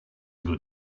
good